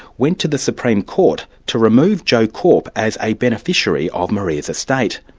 went to the supreme court to remove joe korp as a beneficiary of maria's estate.